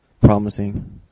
promising